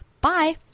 Bye